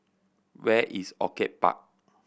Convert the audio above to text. where is Orchid Park